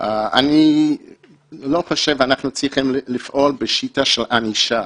אני לא חושב שאנחנו צריכים לפעול בשיטה של ענישה,